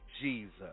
Jesus